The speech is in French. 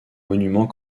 monuments